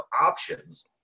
options